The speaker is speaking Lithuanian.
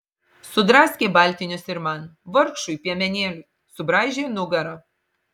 sudraskė baltinius ir man vargšui piemenėliui subraižė nugarą